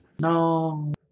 No